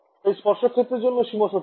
ঠিক তাই উল্লম্ব ক্ষেত্রের জন্য সীমা শর্ত